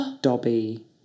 Dobby